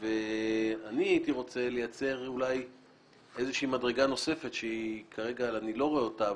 ואני הייתי רוצה לייצר אולי מדרגה נוספת שכרגע אני לא רואה אותה,